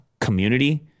community